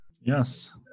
yes